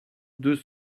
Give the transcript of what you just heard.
deux